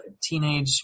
teenage